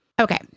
Okay